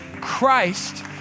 Christ